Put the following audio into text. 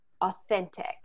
authentic